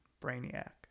Brainiac